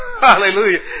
Hallelujah